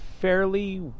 fairly